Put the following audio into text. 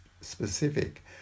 specific